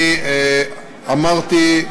אני אמרתי,